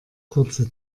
kurze